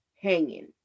hanging